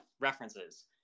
references